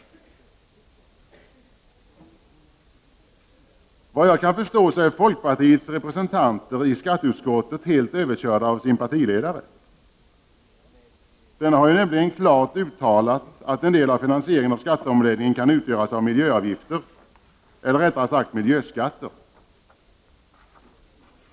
Såvitt jag kan förstå är folkpartiets representanter i skatteutskottet helt överkörda av sin partiledare. Han har ju nämligen klart uttalat att en del av finansieringen av skatteomläggningen kan utgöras av miljöavgifter, eller rättare sagt miljöskatter.